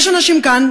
יש אנשים כאן,